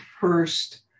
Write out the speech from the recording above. first